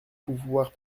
pouvoir